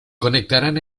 conectarán